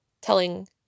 telling